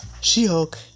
She-Hulk